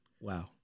Wow